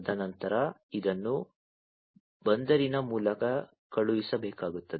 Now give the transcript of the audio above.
ತದನಂತರ ಇದನ್ನು ಬಂದರಿನ ಮೂಲಕ ಕಳುಹಿಸಬೇಕಾಗುತ್ತದೆ